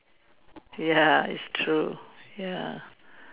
ya it's true ya